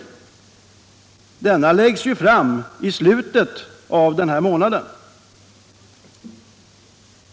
Dess betänkande läggs ju fram i slutet av den här månaden.